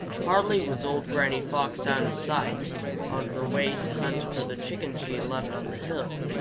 hardly was old granny fox out of sight on her way to hunt for the chicken she had left on the hill,